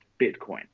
Bitcoin